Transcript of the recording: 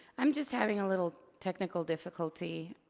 i'm just having a little technical difficulty.